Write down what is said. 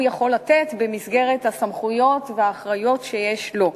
יכול לתת במסגרת הסמכויות והאחריות שיש לו.